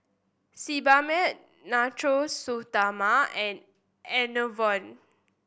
Sebamed Natura Stoma and Enervon